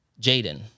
Jaden